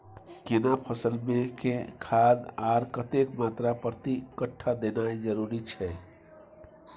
केना फसल मे के खाद आर कतेक मात्रा प्रति कट्ठा देनाय जरूरी छै?